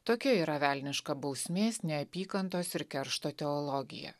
tokia yra velniška bausmės neapykantos ir keršto teologija